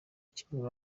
kimwe